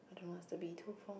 I don't know what's the B two for